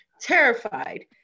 terrified